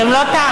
אתם לא תאמינו: